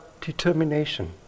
determination